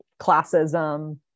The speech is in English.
classism